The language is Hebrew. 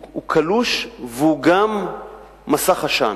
הוא קלוש, והוא גם מסך עשן,